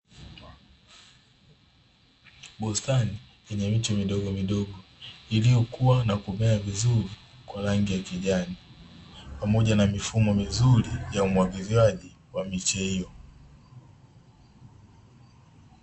Bustani yenye miche midogo midogo iliyokua na kumea vizuri kwa rangi ya kijani pamoja na mifumo mizuri ya umwagiliaji wa miche hiyo.